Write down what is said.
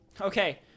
Okay